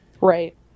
Right